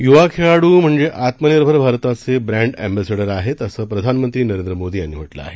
युवा खेळाडू म्हणजे आत्मानिरभर भारताचे ब्रैंड एम्बेसिडर आहेत असं प्रधानमंत्री नरेंद्र मोदी यांनी म्हटलं आहे